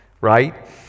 Right